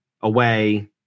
away